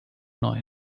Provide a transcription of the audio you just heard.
neu